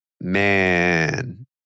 Man